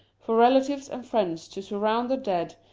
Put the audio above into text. for relatives and friends to surround the dead,